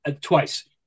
Twice